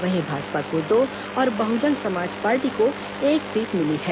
वहीं भाजपा को दो और बहुजन समाज पार्टी को एक सीट मिली है